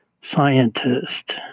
scientist